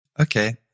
Okay